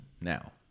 now